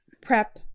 prep